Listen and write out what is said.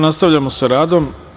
Nastavljamo sa radom.